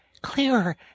clearer